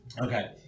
Okay